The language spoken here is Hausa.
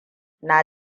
na